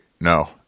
no